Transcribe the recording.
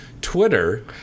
Twitter